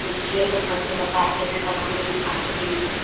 इसलिए तो घर पर बताते हैं पढ़ाने लिखाने के लिए